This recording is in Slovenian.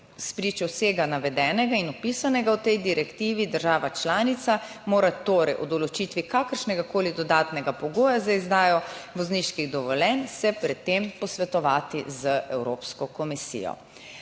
spričo vsega navedenega in opisanega v tej direktivi se mora država članica torej o določitvi kakršnegakoli dodatnega pogoja za izdajo vozniških dovoljenj pred tem posvetovati z Evropsko komisijo.